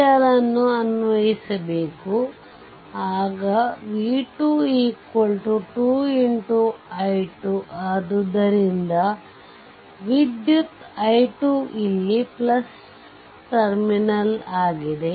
ಅನ್ನು ಅನ್ವಯಿಸಿಬೇಕು ಆಗ v2 2 x i2 ಆದ್ದರಿಂದ ವಿದ್ಯುತ್ i2 ಇಲ್ಲಿ ಟರ್ಮಿನಲ್ ಆಗಿದೆ